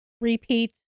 repeat